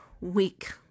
week